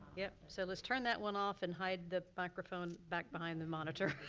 yep, so let's turn that one off and hide the microphone back behind the monitor.